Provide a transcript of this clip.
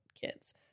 kids